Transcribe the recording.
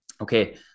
Okay